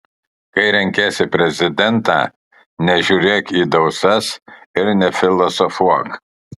kai renkiesi prezidentą nežiūrėk į dausas ir nefilosofuok